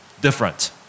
different